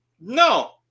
no